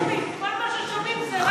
כי כל מה ששומעים זה רק,